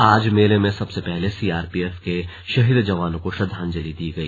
आज मेले में सबसे पहले सीआरपीएफ के शहीद जवानों को श्रद्वांजलि दी गई